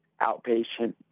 outpatient